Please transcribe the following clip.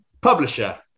Publisher